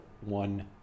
one